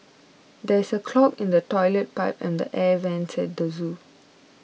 there is a clog in the Toilet Pipe and the Air Vents at the zoo